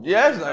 Yes